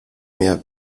mehr